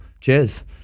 Cheers